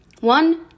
One